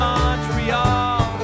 Montreal